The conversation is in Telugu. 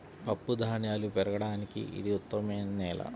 పప్పుధాన్యాలు పెరగడానికి ఇది ఉత్తమమైన నేల